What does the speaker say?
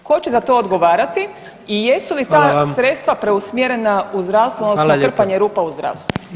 Tko će za to odgovarati i jesu li ta [[Upadica predsjednik: Hvala vam.]] sredstva preusmjerena u zdravstvo odnosno krpanje rupa u zdravstvu?